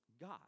God